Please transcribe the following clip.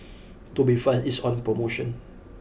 Tubifast is on promotion